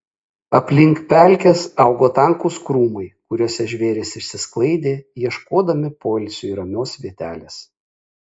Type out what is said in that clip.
aplink pelkes augo tankūs krūmai kuriuose žvėrys išsisklaidė ieškodami poilsiui ramios vietelės